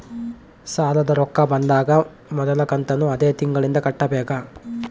ಸಾಲದ ರೊಕ್ಕ ಬಂದಾಗ ಮೊದಲ ಕಂತನ್ನು ಅದೇ ತಿಂಗಳಿಂದ ಕಟ್ಟಬೇಕಾ?